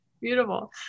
Beautiful